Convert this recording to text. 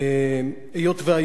אדוני היושב-ראש,